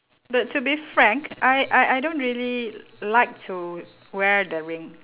but to be frank I I I don't really like to wear the ring